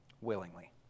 Willingly